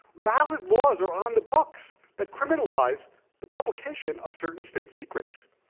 valid laws are on the books that criminalize the publication of certain state secrets.